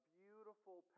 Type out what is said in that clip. beautiful